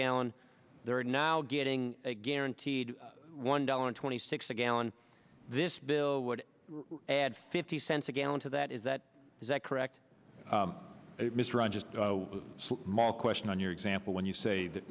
gallon they're now getting a guaranteed one dollar twenty six a gallon this bill would add fifty cents a gallon to that is that is that correct mr i just more question on your example when you say that